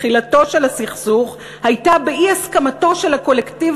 תחילתו של הסכסוך הייתה באי-הסכמתו של הקולקטיב